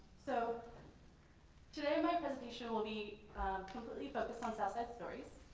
so today my presentation will be completely focused on southside stories.